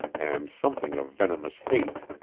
and something of venomous hate.